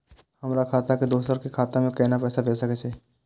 हमर खाता से दोसर के खाता में केना पैसा भेज सके छे?